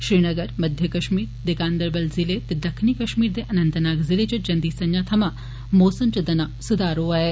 श्रीनगर मध्य कश्मीर दे गांदरबल जिले ते दक्खनी कश्मीर दे अनंतनाग जिले च जन्दी संत्रा थमां मौसम च दना सुधार आया ऐ